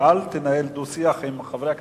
ואל תנהל דו-שיח עם חברי הכנסת,